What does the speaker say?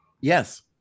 yes